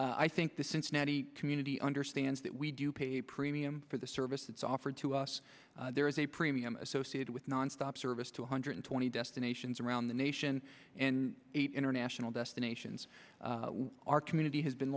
have i think the cincinnati community understands that we do pay a premium for the service that's offered to us there is a premium associated with nonstop service two hundred twenty destinations around the nation and eight international destinations our community has been